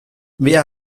wer